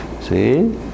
See